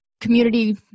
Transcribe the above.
community